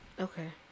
Okay